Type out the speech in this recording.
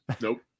Nope